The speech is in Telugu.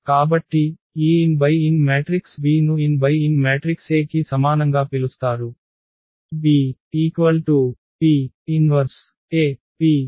కాబట్టి ఈ n ×n మ్యాట్రిక్స్ B ను n×n మ్యాట్రిక్స్ A కి సమానంగా పిలుస్తారు B P 1AP